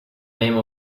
name